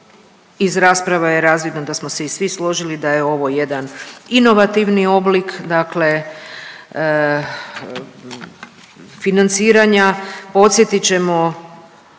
iz rasprava je razvidno da smo se i svi složili da je ovo jedan inovativni oblik, dakle financiranja. Podsjetit ćemo